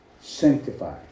Sanctify